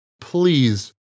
Please